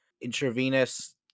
intravenous